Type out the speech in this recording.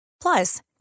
Plus